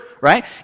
right